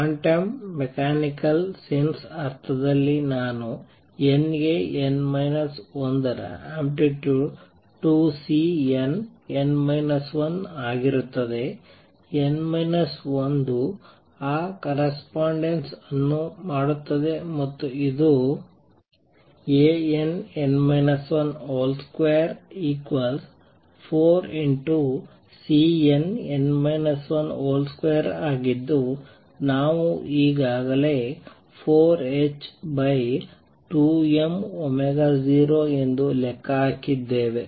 quantum mechanical sense ಅರ್ಥದಲ್ಲಿ ನಾನು n ಗೆ n ಮೈನಸ್ 1 ರ ಆಂಪ್ಲಿಟ್ಯೂಡ್ 2Cnn 1 ಆಗಿರುತ್ತದೆ n 1 ಆ ಕರೆಸ್ಪಾಂಡೆನ್ಸ್ ಅನ್ನು ಮಾಡುತ್ತದೆ ಮತ್ತು ಇದು Ann 124|Cnn 1 |2 ಆಗಿದ್ದು ನಾವು ಈಗಾಗಲೇ 4ℏ2m0 ಎಂದು ಲೆಕ್ಕ ಹಾಕಿದ್ದೇವೆ